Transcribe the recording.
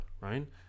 right